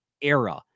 era